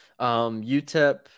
UTEP